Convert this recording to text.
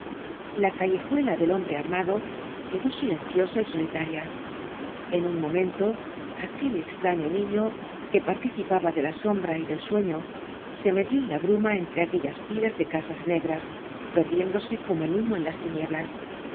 la callejuela del hombre armado quedó silenciosa y solitaria en un momento aquel estraño niño que participaba de la sombra y del sueño se metió en la bruma entre aquellas filas de casas negras perdiéndose como el humo en las tinieblas